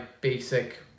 basic